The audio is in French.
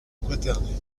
quaternaire